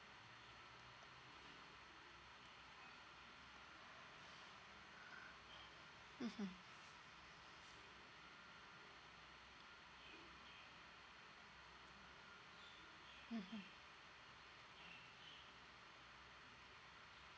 mmhmm mmhmm